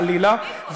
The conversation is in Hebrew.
חלילה,